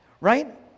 right